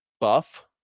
buff